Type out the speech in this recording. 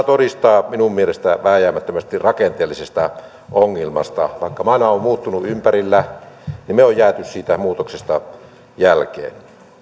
todistaa minun mielestäni vääjäämättömästi rakenteellisesta ongelmasta vaikka maailma on muuttunut ympärillä niin me olemme jääneet siitä muutoksesta jälkeen